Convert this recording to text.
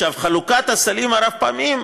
חלוקת הסלים הרב-פעמיים,